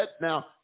now